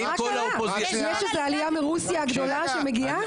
יש איזו עלייה מרוסיה הגדולה שמגיעה?